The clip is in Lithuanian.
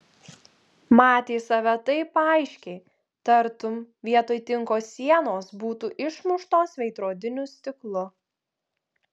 matė save taip aiškiai tartum vietoj tinko sienos būtų išmuštos veidrodiniu stiklu